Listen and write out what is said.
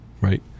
right